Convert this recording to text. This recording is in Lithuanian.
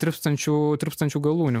tirpstančių tirpstančių galūnių